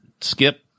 Skip